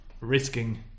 Risking